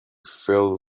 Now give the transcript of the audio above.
fell